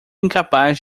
incapaz